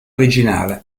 originale